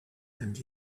and